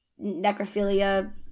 necrophilia